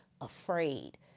afraid